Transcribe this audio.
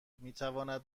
میتواند